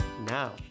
Now